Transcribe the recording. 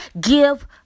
give